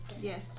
Yes